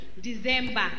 December